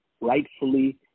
rightfully